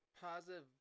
positive